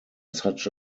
such